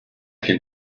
can